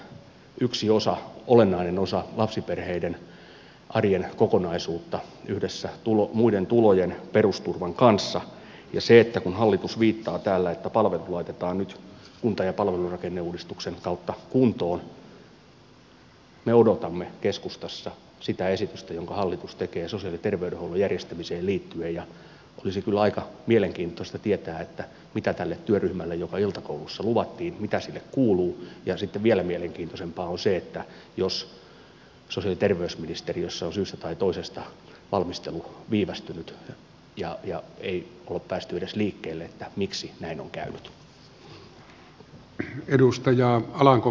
palvelut ovat yksi olennainen osa lapsiperheiden arjen kokonaisuutta yhdessä muiden tulojen perusturvan kanssa ja kun hallitus viittaa täällä että palvelut laitetaan nyt kunta ja palvelurakenneuudistuksen kautta kuntoon me odotamme keskustassa sitä esitystä jonka hallitus tekee sosiaali ja terveydenhuollon järjestämiseen liittyen ja olisi kyllä aika mielenkiintoista tietää mitä tälle työryhmälle joka iltakoulussa luvattiin mitä sille kuuluu ja sitten vielä mielenkiintoisempaa on se että jos sosiaali ja terveysministeriössä on syystä tai toisesta valmistelu viivästynyt ja ei ole päästy edes liikkeelle niin miksi näin on käynyt